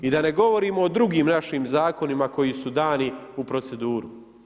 I da ne govorimo o drugim našim zakonima koji su dani u proceduru.